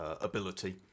ability